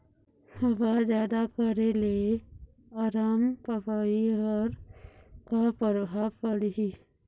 हवा जादा करे ले अरमपपई पर का परभाव पड़िही?